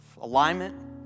alignment